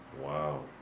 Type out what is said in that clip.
Wow